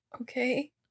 Okay